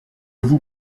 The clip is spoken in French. vous